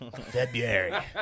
February